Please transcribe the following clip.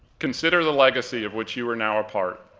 consider the legacy of which you are now a part.